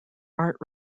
art